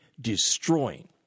destroying